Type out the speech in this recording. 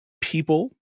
people